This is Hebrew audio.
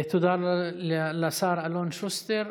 תודה לשר אלון שוסטר.